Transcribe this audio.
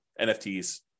NFTs